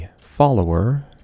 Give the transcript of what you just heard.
follower